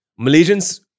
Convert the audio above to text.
Malaysians